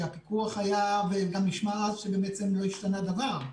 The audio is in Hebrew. שהפיקוח היה וגם נשמע אז שבעצם לא השתנה דבר,